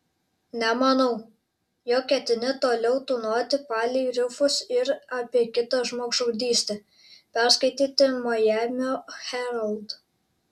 nemanau jog ketini toliau tūnoti palei rifus ir apie kitą žmogžudystę perskaityti majamio herald